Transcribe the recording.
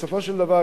בסופו של דבר,